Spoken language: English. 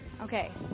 Okay